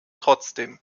trotzdem